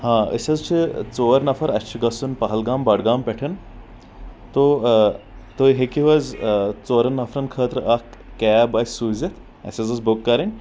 آ أسۍ حظ چھِ ژور نفر اسہِ چھُ گژھُن پہلگام بڈگام پٮ۪ٹھ تو تُہۍ ہٮ۪کِو حظ ژورن نفرن خٲطرٕ اکھ کیب اسہِ سوٗزِتھ اسہِ حظ ٲس بُک کرٕنی